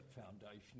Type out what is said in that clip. Foundation